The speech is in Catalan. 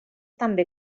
també